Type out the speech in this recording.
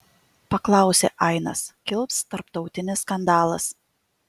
paklausė ainas kils tarptautinis skandalas